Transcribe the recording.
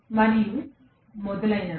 మరియు మొదలగునవి